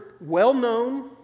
well-known